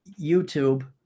YouTube